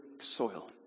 soil